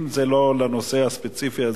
אם זה לא לנושא הספציפי הזה,